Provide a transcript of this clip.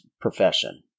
profession